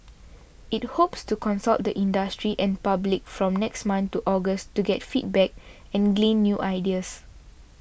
it hopes to consult the industry and public from next month to August to get feedback and glean new ideas